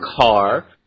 car